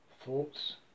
Thoughts